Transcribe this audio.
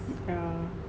yeah